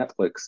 Netflix